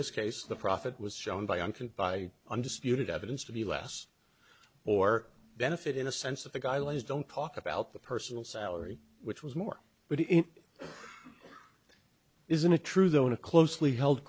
this case the profit was shown by an can by undisputed evidence to be less or benefit in a sense of the guidelines don't talk about the personal salary which was more but it isn't a true though in a closely held